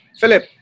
Philip